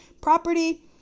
property